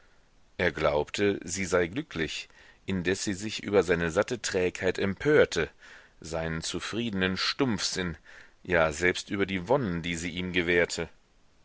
er glaubte sie sei glücklich indes sie sich über seine satte trägheit empörte seinen zufriedenen stumpfsinn ja selbst über die wonnen die sie ihm gewährte